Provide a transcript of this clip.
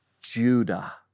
Judah